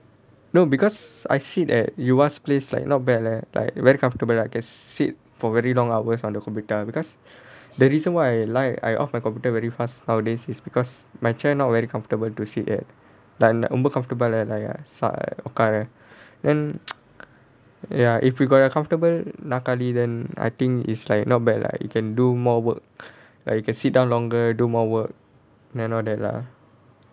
no because I sit at yu ah's place like not bad leh like very comfortable can sit for very long hours on the computer because the reason why I like I off my computer very fast nowadays is because my chair not very comfortable to sit at comfortable then ya if you got a comfortable நாற்காலி:naarkaali then I think is like not bad lah you can do more work like you can sit down longer do more work and all that lah